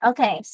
Okay